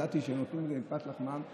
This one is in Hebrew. ידעתי שהם נותנים לי מפת לחמם.